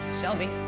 Shelby